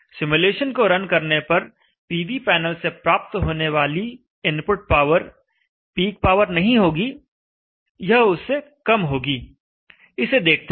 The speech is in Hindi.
सिमुलेशन को रन करने पर पीवी पैनल से प्राप्त होने वाली इनपुट पावर पीक पावर नहीं होगी यह उससे कम होगी इसे देखते हैं